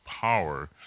power